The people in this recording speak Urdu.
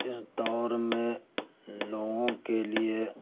اس دور میں لوگوں کے لیے